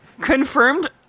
confirmed